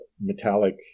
metallic